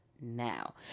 now